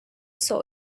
saw